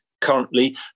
currently